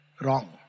Wrong